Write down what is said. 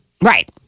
right